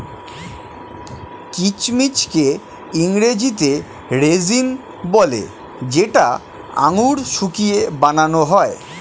কিচমিচকে ইংরেজিতে রেজিন বলে যেটা আঙুর শুকিয়ে বানান হয়